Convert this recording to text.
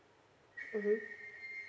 mm